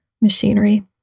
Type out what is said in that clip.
machinery